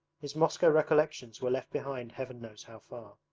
his moscow recollections were left behind heaven knows how far!